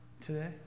today